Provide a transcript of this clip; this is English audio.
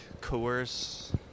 coerce